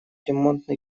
ремонтный